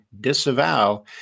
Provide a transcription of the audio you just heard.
disavow